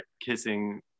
kissing